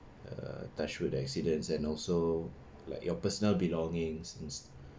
err touch wood accidents and also like your personal belongings